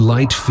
Light